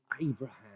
Abraham